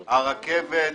הרכבת,